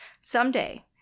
Someday